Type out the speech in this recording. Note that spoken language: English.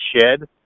shed